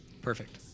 Perfect